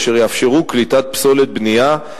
אשר יאפשרו קליטת פסולת בנייה,